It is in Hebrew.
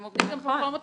וגם על אחרות.